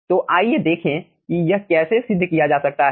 तो आइए देखें कि यह कैसे सिद्ध किया जा सकता है